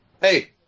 Hey